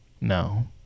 No